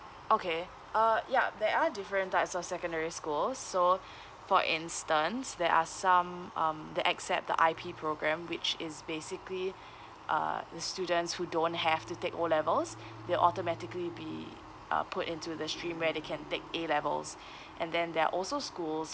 okay uh ya there are different types of secondary schools so for instance there are some um they accept the I_P programme which is basically uh the students who don't have to take O levels they'll automatically be uh put into the stream where they can take A levels and then there are also schools